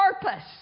purpose